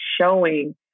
showing